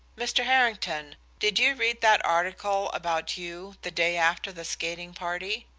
mr. harrington did you read that article about you, the day after the skating party?